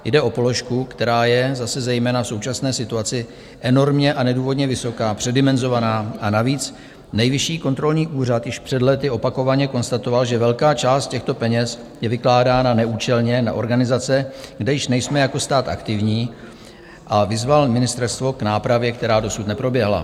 Jde o položku, která je zase zejména v současné situaci enormně a nedůvodně vysoká, předimenzovaná, a navíc Nejvyšší kontrolní úřad již před lety opakovaně konstatoval, že velká část těchto peněz je vynakládána neúčelně na organizace, kde již nejsme jako stát aktivní, a vyzval ministerstvo k nápravě, která dosud neproběhla.